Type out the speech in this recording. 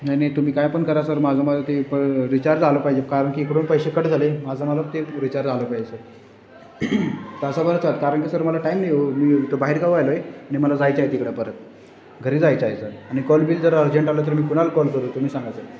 नाही नाही तुम्ही काय पण करा सर माझं मला ते प रिचार्ज आलं पाहिजे कारणकी इकडून पैसे कट झाले माझं मला ते रिचार्ज आलं पाहिजे तासाभराच्या आत कारण का सर मला टाईम नाही हो मी तो बाहेरगावी आलो आहे आणि मला जायचं आहे तिकडं परत घरी जायचं आहे सर आणि कॉल बिल जर अर्जंट आलं तर मी कुणाला कॉल करू तुम्ही सांगा सर